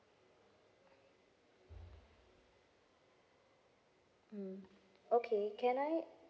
mm okay can I